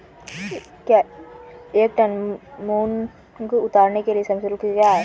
एक टन मूंग उतारने के लिए श्रम शुल्क क्या है?